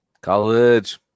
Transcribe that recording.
College